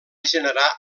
generar